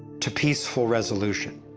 to peaceful resolution.